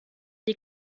die